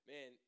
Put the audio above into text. Man